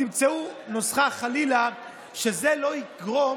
תמצאו נוסחה שלפיה זה לא יגרום